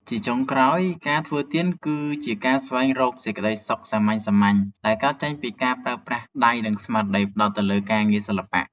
ជាចុងក្រោយ ការធ្វើទៀនគឺជាការស្វែងរកសេចក្ដីសុខសាមញ្ញៗដែលកើតចេញពីការប្រើប្រាស់ដៃ និងស្មារតីផ្ដោតទៅលើការងារសិល្បៈ។